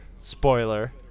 Spoiler